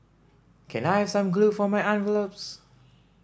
can I have some glue for my envelopes